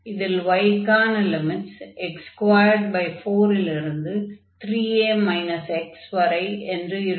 இதில் y க்கான limits x24 லிருந்து 3a x வரை என்று இருக்கும்